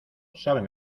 saben